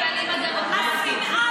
ואני רוצה לומר לחברת הכנסת קטי שטרית,